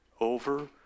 over